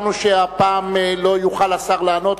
חשבנו שהפעם לא יוכל השר לענות,